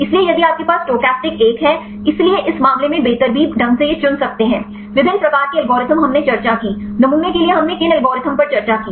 इसलिए यदि आपके पास स्टोचस्टिक एक है इसलिए इस मामले में बेतरतीब ढंग से यह चुन सकते हैं विभिन्न प्रकार के एल्गोरिदम हमने चर्चा की नमूने के लिए हमने किन एल्गोरिदम पर चर्चा की